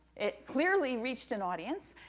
it clearly reached an audience,